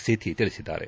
ಸೇಥಿ ತಿಳಿಸಿದ್ದಾರೆ